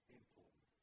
important